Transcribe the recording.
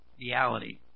reality